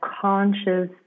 conscious